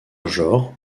genre